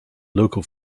local